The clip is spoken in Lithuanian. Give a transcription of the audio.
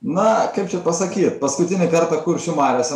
na kaip čia pasakyt paskutinį kartą kuršių mariose